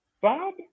bob